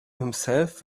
himself